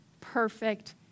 perfect